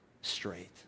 straight